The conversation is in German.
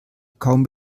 kaum